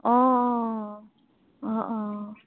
অঁ অঁ অঁ অঁ